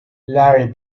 larry